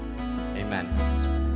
Amen